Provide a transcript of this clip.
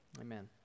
amen